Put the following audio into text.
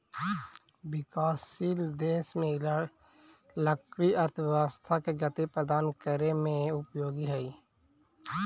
विकासशील देश में लकड़ी अर्थव्यवस्था के गति प्रदान करे में उपयोगी हइ